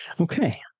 Okay